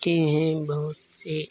हैं बहुत से